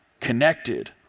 connected